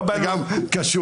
זה גם קשור.